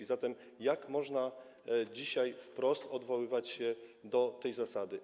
A zatem jak można dzisiaj wprost odwoływać się do tej zasady?